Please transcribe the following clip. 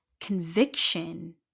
Conviction